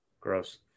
Gross